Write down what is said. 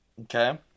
Okay